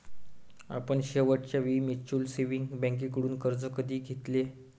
आपण शेवटच्या वेळी म्युच्युअल सेव्हिंग्ज बँकेकडून कर्ज कधी घेतले?